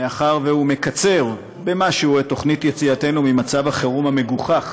מאחר שהוא מקצר במשהו את תוכנית יציאתנו ממצב החירום המגוחך